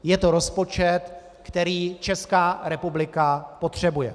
Je to rozpočet, který Česká republika potřebuje.